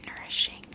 nourishing